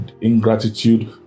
ingratitude